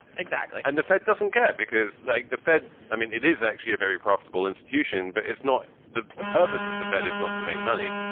exactly. and the fed doesn't care because like the fed, i mean, it is actually a very profitable institution, but it's not the purpose of the fed is not to make money.